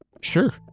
Sure